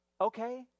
okay